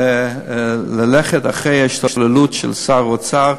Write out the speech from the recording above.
ללכת אחרי ההשתוללות של שר האוצר,